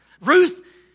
Ruth